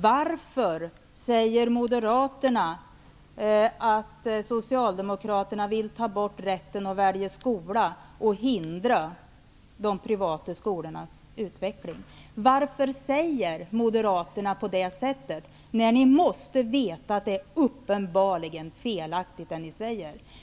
Varför säger moderaterna att socialdemokraterna vill ta bort rätten att välja skola och hindra utvecklingen av den privata skolan? Varför säger ni moderater så, när ni uppenbarligen måste veta att det är felaktigt?